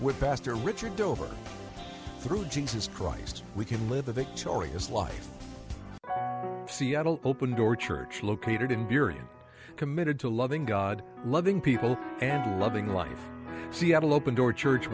with pastor richards over through jesus christ we can live a victorious life seattle's open door church located in theory and committed to loving god loving people and loving life seattle open door church